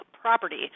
property